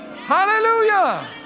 Hallelujah